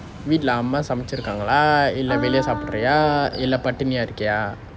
read lah must submit to the lah in levels up three are eloquent them yet again